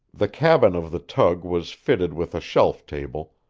the cabin of the tug was fitted with a shelf table,